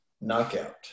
knockout